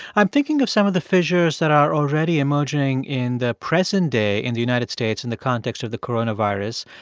i'm thinking of some of the fissures that are already emerging in the present day in the united states in the context of the coronavirus.